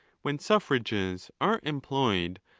when suffrages are employed,